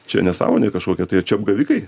čia nesąmonė kažkokia tai čia apgavikai